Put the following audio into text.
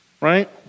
Right